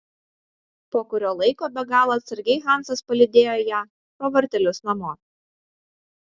po kurio laiko be galo atsargiai hansas palydėjo ją pro vartelius namo